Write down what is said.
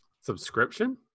Subscription